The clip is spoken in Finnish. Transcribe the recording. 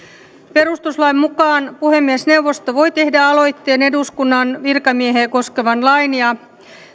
perustuslain mukaan puhemiesneuvosto voi tehdä aloitteen eduskunnan virkamiehiä koskevan lain ja